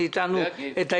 גם